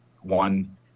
one